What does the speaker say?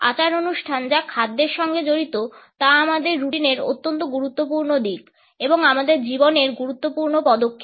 আচার অনুষ্ঠান যা খাদ্যের সঙ্গে জড়িত তা আমাদের রুটিনের অত্যন্ত গুরুত্বপূর্ণ দিক এবং আমাদের জীবনের গুরুত্বপূর্ণ পদক্ষেপ